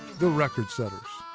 the record setters.